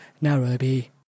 Nairobi